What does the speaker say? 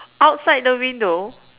outside the window